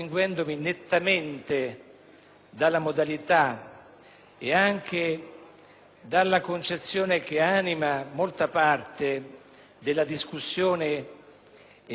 dalla concezione che anima molta parte della discussione e della indicazione pratica sottostante alla mozione presentata